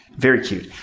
very cute.